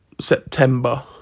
September